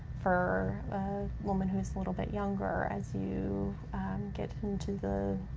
for a woman who's a little bit younger. as you get into the